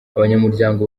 abanyamuryango